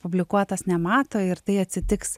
publikuotas nemato ir tai atsitiks